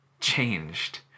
changed